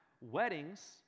weddings